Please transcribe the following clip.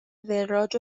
وراج